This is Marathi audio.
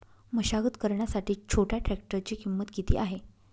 मशागत करण्यासाठी छोट्या ट्रॅक्टरची किंमत किती आहे?